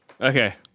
Okay